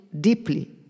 deeply